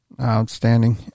Outstanding